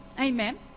Amen